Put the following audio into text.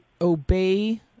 obey